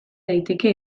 daiteke